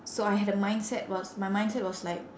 so I had a mindset was my mindset was like